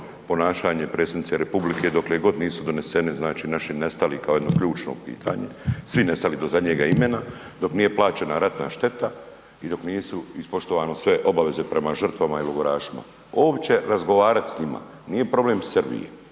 ponašanje predsjednice Republike dokle god nisu doneseni, znači naši nestali kao jedno ključno pitanje, svi nestali do zadnjega imena, dok nije plaćena ratna šteta i dok nisu ispoštovane sve obaveze prema žrtvama i logorašima. Uopće razgovarati s njima, nije problem Srbije,